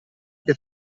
che